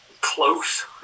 close